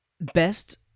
best